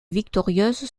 victorieuse